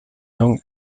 long